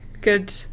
good